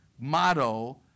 motto